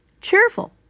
cheerful